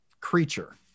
creature